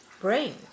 brain